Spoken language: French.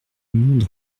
monde